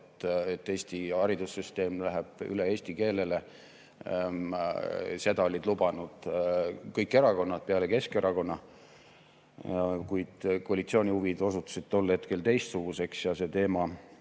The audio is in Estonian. et Eesti haridussüsteem läheb üle eesti keelele, lubanud kõik erakonnad peale Keskerakonna. Kuid koalitsiooni huvid osutusid tol hetkel teistsuguseks ja see teema